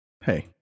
hey